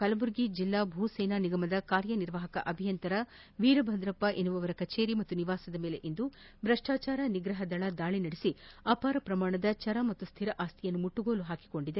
ಕಲಬುರಗಿ ಜಿಲ್ಲಾ ಭೂ ಸೇನಾ ನಿಗಮದ ಕಾರ್ಯನಿರ್ವಾಪಕ ಅಭಿಯಂತರ ವೀರಭದ್ರಪ್ಪ ಎಂಬುವರ ಕಚೇರಿ ಮತ್ತು ನಿವಾಸದ ಮೇಲೆ ಇಂದು ಭ್ರಷ್ಟಾಚಾರ ನಿಗ್ರಹ ದಳ ದಾಳಿ ನಡೆಸಿ ಅಪಾರ ಶ್ರಮಾಣದ ಚರ ಮತ್ತು ಸ್ವಿರ ಆಸ್ತಿಯನ್ನು ಮುಟ್ಟುಗೋಲು ಹಾಕಿಕೊಂಡಿದೆ